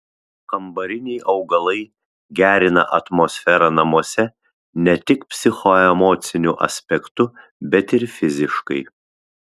kambariniai augalai gerina atmosferą namuose ne tik psichoemociniu aspektu bet ir fiziškai